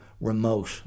remote